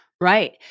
Right